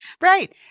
Right